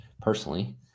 personally